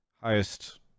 highest